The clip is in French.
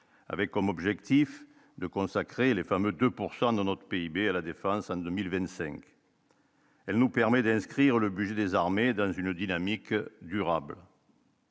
avec comme objectif de consacrer les fameux 2 pour 100 de notre PIB à la Défense en 2025. Elle nous permet d'inscrire le budget des armées dans une dynamique durable.